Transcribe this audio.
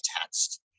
text